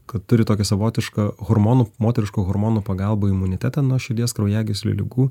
kad turi tokią savotišką hormonų moteriško hormono pagalbą imunitetą nuo širdies kraujagyslių ligų